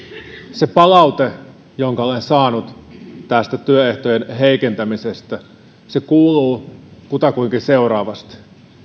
se palaute jonka olen saanut tästä työehtojen heikentämisestä kuuluu kutakuinkin seuraavasti